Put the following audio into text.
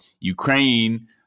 Ukraine